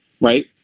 right